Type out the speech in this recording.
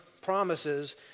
promises